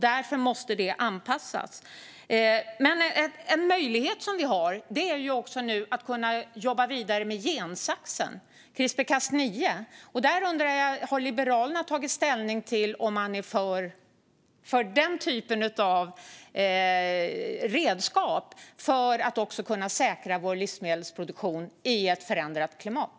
Därför måste det anpassas. En möjlighet som vi har är nu också att jobba vidare med gensaxen, CRISPR-Cas9. Jag undrar om Liberalerna har tagit ställning till om man är för den typen av redskap för att kunna säkra vår livsmedelsproduktion i ett förändrat klimat.